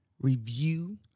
review